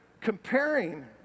comparing